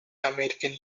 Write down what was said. american